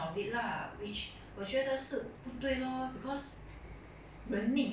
你乱乱 like play 看 this type of thing which is not very nice for the victim also